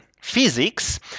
physics